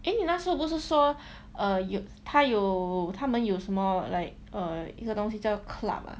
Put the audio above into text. eh 你那时候不是说他有他们有什么 like err 一个东西叫 club ah